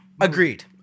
Agreed